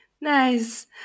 nice